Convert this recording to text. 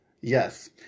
Yes